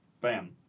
Bam